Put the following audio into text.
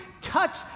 touch